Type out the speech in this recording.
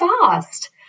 fast